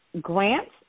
Grants